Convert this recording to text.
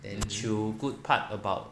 then chill good part about